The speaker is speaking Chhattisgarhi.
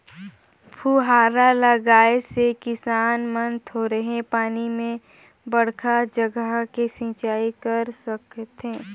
फुहारा लगाए से किसान मन थोरहें पानी में बड़खा जघा के सिंचई कर सकथें